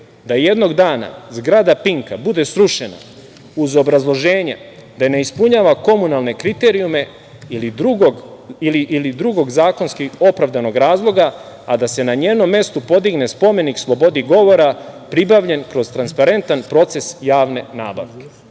da jednog dana zgrada „Pinka“ bude srušena uz obrazloženje da ne ispunjava komunalne kriterijume ili drugog zakonskog opravdanog razloga, a da se na njenom mestu podigne spomenik slobodi govora pribavljen kroz transparentan proces javne nabavke? Mi